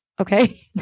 okay